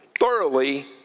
thoroughly